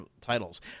titles